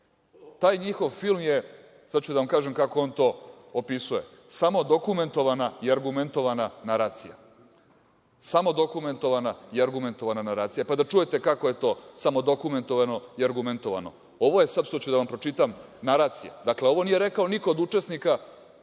taj njihov film je, sada ću da vam kažem kako on to opisuje, samo dokumentovana i argumentovana naracija. Samo dokumentovana i argumentovana naracija, pa da čujete kako je to samo dokumentovano i argumentovano. Ovo što ću sada da vam pročitam naracija, ovo nije rekao niko od učesnika, nego je